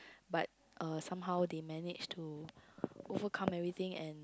but uh somehow they managed to overcome everything and